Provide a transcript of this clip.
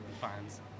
fans